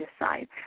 decide